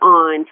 on